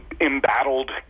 embattled